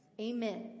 Amen